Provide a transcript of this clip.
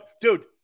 Dude